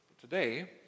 Today